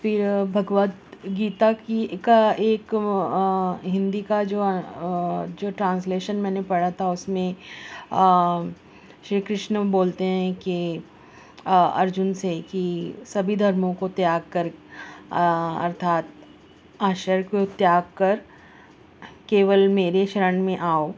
پھر بھگوت گیتا کی ایک ایک ہندی کا جو جو ٹرانسلیشن میں نے پڑھا تھا اس میں شری کرشن بولتے ہیں کہ ارجن سے کہ سبھی دھرموں کو تیاگ کر ارتھات آشر کو تیاگ کر کیول میرے شرن میں آؤ